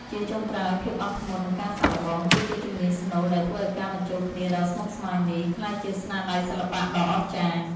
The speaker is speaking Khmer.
ជាចុងក្រោយ ភាពអត់ធ្មត់ និងការសាកល្បង គឺជាជំនាញស្នូលដែលធ្វើឱ្យការបញ្ចូលគ្នាដ៏ស្មុគស្មាញនេះ ក្លាយជាស្នាដៃសិល្បៈដ៏អស្ចារ្យ។